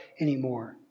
anymore